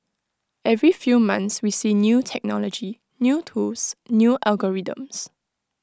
every few months we see new technology new tools new algorithms